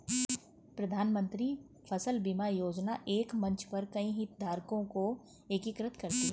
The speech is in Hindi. प्रधानमंत्री फसल बीमा योजना एक मंच पर कई हितधारकों को एकीकृत करती है